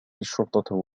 الشرطة